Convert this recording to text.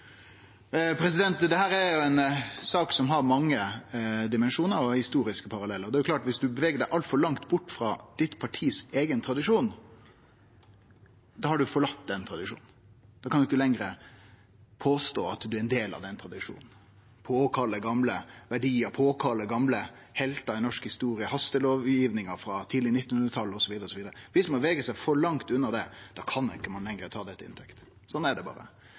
er ei sak som har mange dimensjonar og historiske parallellar. Det er klart at dersom ein beveger seg altfor langt bort frå tradisjonen i sitt eige parti, har ein forlate den tradisjonen. Da kan ein ikkje lenger påstå at ein er ein del av den tradisjonen, og påkalle gamle verdiar, gamle heltar i norsk historie og hastelovgiving frå tidleg 1900-tal osv. Beveger ein seg for langt unna det, kan ein ikkje lenger ta det til eiga inntekt. Sånn er det berre.